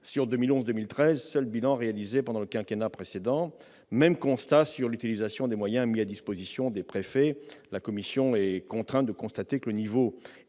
sur 2011-2013, seul bilan réalisé pendant le quinquennat précédent. Le constat est le même s'agissant de l'utilisation des moyens mis à disposition des préfets : la commission est contrainte de constater que le niveau